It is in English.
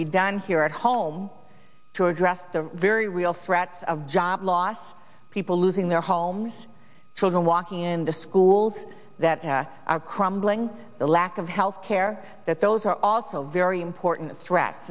be done here at home to address the very real threats of job loss people losing their homes children walking into schools that are crumbling the lack of health care that those are also very important threats